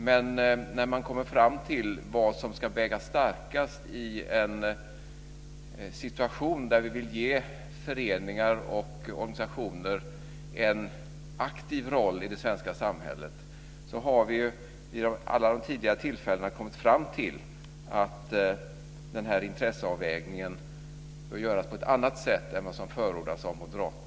Men när man kommer fram till vad som ska väga starkast i en situation där vi vill ge föreningar och organisationer en aktiv roll i det svenska samhället har vi vid alla tidigare tillfällen kommit fram till att denna intresseavvägning bör görs på ett annat sätt än vad som förordas av moderaterna.